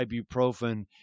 ibuprofen